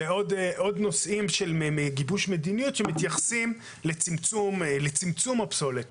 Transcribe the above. יש גיבוש מדיניות בנושאים שמתייחסים לצמצום הפסולת,